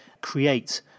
create